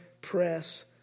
press